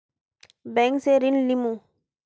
Bank से ऋण लुमू?